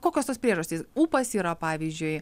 kokios tos priežastys ūpas yra pavyzdžiui